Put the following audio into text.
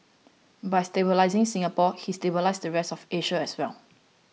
by stabilising Singapore he stabilised the rest of Asia as well